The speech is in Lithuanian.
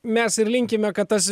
mes ir linkime kad tas